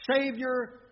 Savior